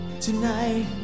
Tonight